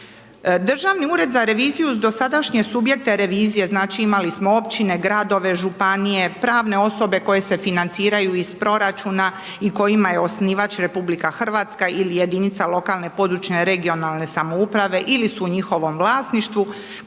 se ne razumije./... dosadašnje subjekte revizije, znači imali smo općine, gradove, županije, pravne osobe koje se financiraju iz proračuna i kojima je osnivač RH ili jedinica lokalne i područne(regionalne)samouprave ili su njihovom vlasništvu